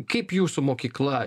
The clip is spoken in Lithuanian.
kaip jūsų mokykla